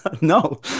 No